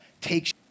takes